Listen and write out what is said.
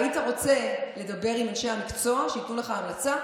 היית רוצה לדבר עם אנשי המקצוע, שייתנו לך המלצה?